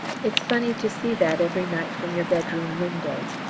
it's funny to see that every night from your bedroom windows.